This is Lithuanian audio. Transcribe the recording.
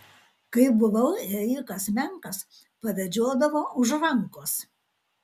kai buvau ėjikas menkas pavedžiodavo už rankos